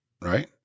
right